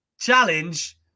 Challenge